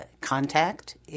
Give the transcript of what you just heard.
contact